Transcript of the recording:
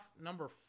number